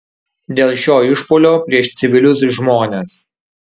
dėl šio išpuolio prieš civilius žmones